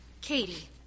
katie